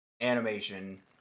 animation